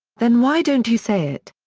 then why don't you say it?